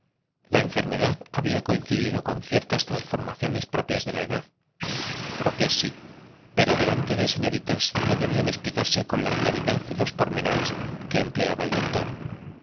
la enfermedad había coincidido con ciertas transformaciones propias de la edad propias sí pero delante de señoritas no debían explicarse con la claridad y los pormenores que empleaba el doctor don